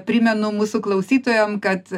primenu mūsų klausytojam kad